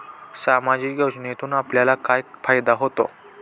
सामाजिक योजनेतून आपल्याला काय फायदा होतो?